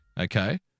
okay